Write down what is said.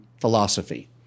philosophy